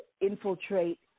infiltrate